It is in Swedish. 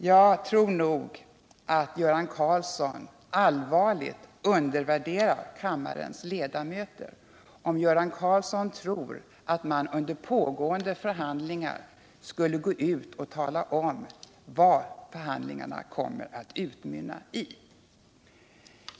Jag tror nog att Göran Karlsson allvarligt undervärderar kammarens ledamöter om han tror att de förväntar sig att man under pågående förhandlingar skulle gå ut och tala om vad förhandlingarna kommer att utmynna i.